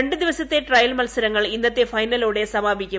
രണ്ട് ദിവസത്തെ ട്രയൽ മത്സരങ്ങൾ ഇന്നത്തെ ഫൈനലോടെ സമാപിക്കും